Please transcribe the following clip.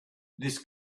this